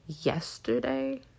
yesterday